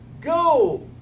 Go